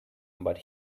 but